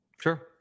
Sure